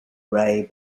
ray